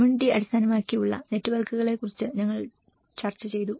community അടിസ്ഥാനമാക്കിയുള്ള നെറ്റ്വർക്കുകളെക്കുറിച്ചും ഞങ്ങൾ ചർച്ച ചെയ്തു